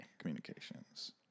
Communications